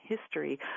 history